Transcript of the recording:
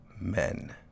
men